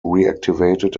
reactivated